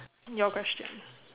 your question